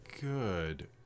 good